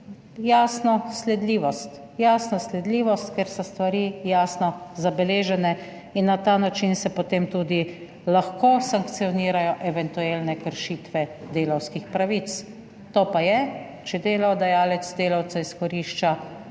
jasno sledljivost, ker so stvari jasno zabeležene in na ta način se potem tudi lahko sankcionirajo eventualne kršitve delavskih pravic, to pa je, če delodajalec delavca izkorišča